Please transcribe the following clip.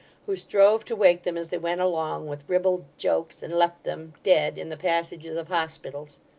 who strove to wake them as they went along, with ribald jokes, and left them, dead, in the passages of hospitals.